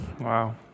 Wow